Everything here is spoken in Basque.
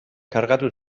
kargatu